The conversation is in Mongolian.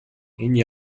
энэ